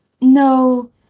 No